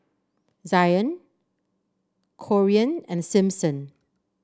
Zion Corean and Simpson